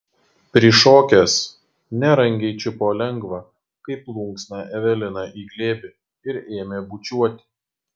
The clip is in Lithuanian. prišokęs nerangiai čiupo lengvą kaip plunksną eveliną į glėbį ir ėmė bučiuoti